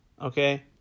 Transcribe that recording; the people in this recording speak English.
okay